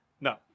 No